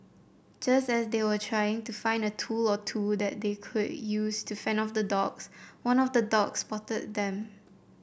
just as they were trying to find a tool or two that they could use to fend off the dogs one of the dogs spotted them